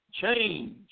change